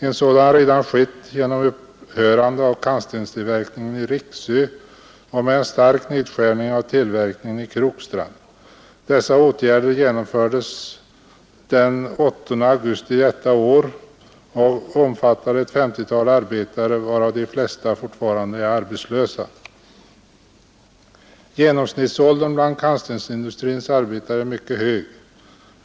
En sådan har redan skett genom upphörande av kantstenstillverkningen i Rixö och med en stark nedskärning av tillverkningen i Krokstrand. Dessa åtgärder genomfördes den 8 augusti i år och omfattade ett 50-tal arbetare, varav de flesta fortfarande är arbetslösa. Genomsnittsåldern bland kantstensindustrins arbetare är mycket hög.